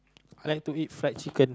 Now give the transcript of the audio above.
I like to eat fried chicken